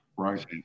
right